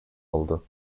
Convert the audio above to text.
oldu